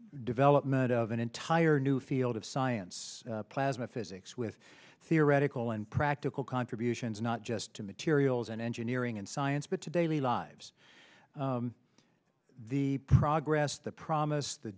development of an entire new field of science plasma physics with theoretical and practical contributions not just to materials and engineering and science but to daily lives the progress the promise the